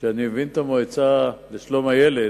שאני מבין את המועצה לשלום הילד,